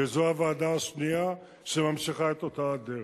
וזו הוועדה השנייה שממשיכה את אותה הדרך.